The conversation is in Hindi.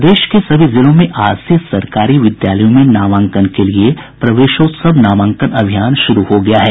प्रदेश के सभी जिलों में आज से सरकारी विद्यालयों में नामांकन के लिए प्रवेशोत्सव नामांकन अभियान शुरू हो गया है